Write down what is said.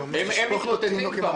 הם מתמוטטים כבר,